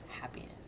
happiness